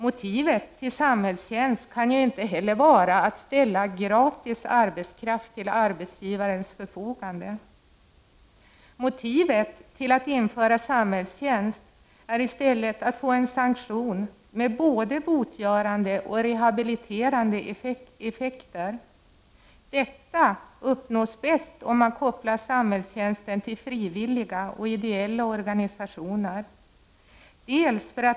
Motivet till samhällstjänst kan ju inte vara att ställa gratis arbetskraft till arbetsgivarens förfogande. Motivet till att införa samhällstjänst är i stället att få en sanktion med både botgörande och rehabiliterande effekter. Detta uppnås bäst om man kopplar samhällstjänsten till frivilliga och ideella organisationer.